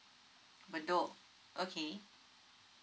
bedok okay